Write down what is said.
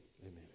Amen